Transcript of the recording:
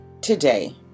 today